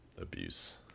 abuse